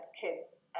kids